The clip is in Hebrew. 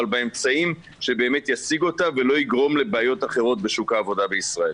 באמצעים שבאמת ישיגו אותה ולא יגרום לבעיות אחרות בשוק העבודה בישראל.